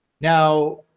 Now